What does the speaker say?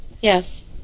Yes